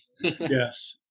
Yes